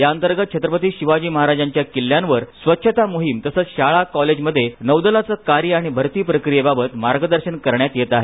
या अंतर्गत छट्रपती शिवाजी महाराजांच्या किल्ल्यांवर स्वच्छता मोहीम तसेच शाळा कॉलेज मध्ये नौदलाच कार्य आणि भरती प्रक्रियेबाबत मार्गदर्शन करण्यात येत आहे